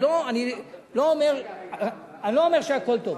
אני לא אומר שהכול טוב.